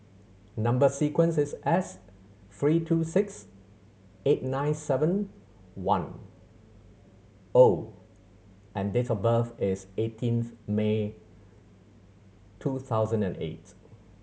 number sequence is S three two six eight nine seven one O and date of birth is eighteenth May two thousand and eight